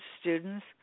students